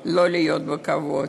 לא לחיות בכבוד.